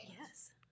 yes